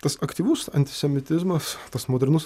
tas aktyvus antisemitizmas tas modernus